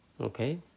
Okay